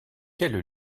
quelle